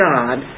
God